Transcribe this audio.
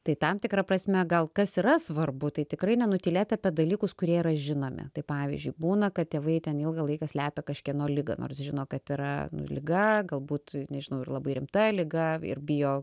tai tam tikra prasme gal kas yra svarbu tai tikrai nenutylėt apie dalykus kurie yra žinomi tai pavyzdžiui būna kad tėvai ten ilgą laiką slepia kažkieno ligą nors žino kad yra liga galbūt nežinau ir labai rimta liga ir bijo